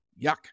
yuck